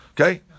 Okay